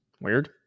Weird